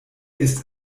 ist